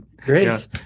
Great